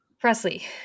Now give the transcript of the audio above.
Presley